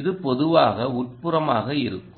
இது பொதுவாக உட்புறமாக இருக்கும்